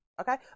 Okay